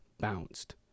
bounced